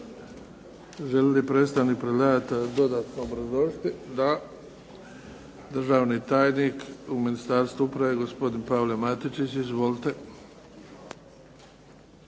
Želi li predstavnik predlagatelja dodatno obrazložiti? Da. Državni tajnik u Ministarstvu uprave gospodin Pavao Matičić. Izvolite.